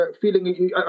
feeling